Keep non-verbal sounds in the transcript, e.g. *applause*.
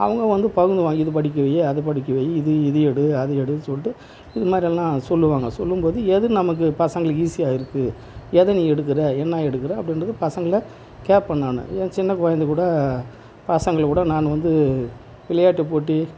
அவங்க வந்து *unintelligible* வாங்கி இது படிக்க வை அது படிக்க வை இது இது எடு அது எடு சொல்லிட்டு இது மாதிரி எல்லாம் சொல்லுவாங்க சொல்லும் போது எது நமக்கு பசங்களுக்கு ஈஸியாக இருக்குது எதை நீ எடுக்கிற என்ன எடுக்கிற அப்படின்றது பசங்களை கேப்பேன் நான் என் சின்ன குழந்தை கூட பசங்களை கூட நான் வந்து விளையாட்டுப் போட்டி